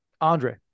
Andre